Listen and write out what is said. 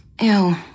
ew